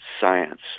science